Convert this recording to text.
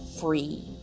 free